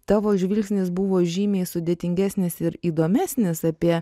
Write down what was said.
tavo žvilgsnis buvo žymiai sudėtingesnis ir įdomesnis apie